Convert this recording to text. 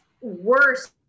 worse